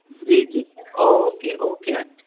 जी जी okay okay aunty